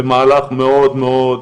במהלך מאוד מאוד,